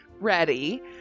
ready